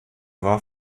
war